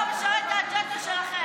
רק שזה לא משרת את האג'נדה שלכם.